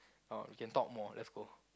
or we can talk more let's go